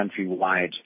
countrywide